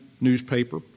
newspaper